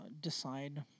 decide